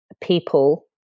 people